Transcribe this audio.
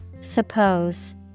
Suppose